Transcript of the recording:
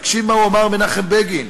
תקשיב מה אמר מנחם בגין.